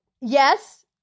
Yes